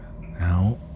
now